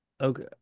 Okay